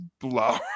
blow